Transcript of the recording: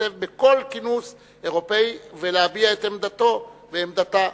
להשתתף בכל כינוס אירופי ולהביע את עמדתו ועמדתה.